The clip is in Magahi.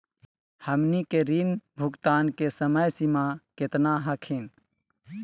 हमनी के ऋण भुगतान के समय सीमा केतना हखिन?